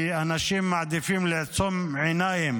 כי אנשים מעדיפים לעצום עיניים